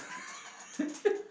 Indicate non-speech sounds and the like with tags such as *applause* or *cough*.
*laughs*